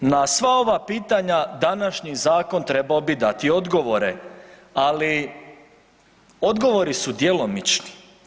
Na sva ova pitanja današnji zakon trebao bi dati odgovore, ali odgovori su djelomični.